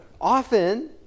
Often